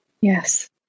Yes